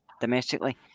domestically